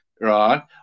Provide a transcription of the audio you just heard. Right